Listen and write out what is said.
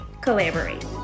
collaborate